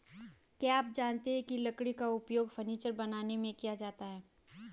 क्या आप जानते है लकड़ी का उपयोग फर्नीचर बनाने में किया जाता है?